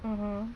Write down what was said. mmhmm